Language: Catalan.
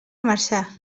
marçà